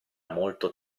molto